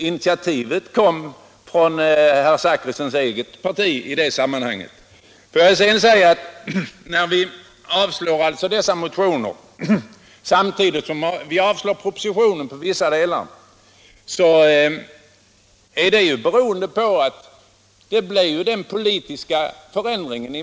Initiativet kom alltså från en företrädare för herr Zachrissons eget parti. Låt mig sedan säga att när vi avstyrker motionerna, samtidigt som vi avstyrker propositionen i vissa delar, beror det ju på den förändring som skett av majoritetsförhållandet.